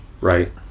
Right